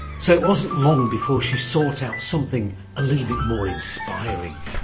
so it wasn't long before she sought out something a little bit more inspiring.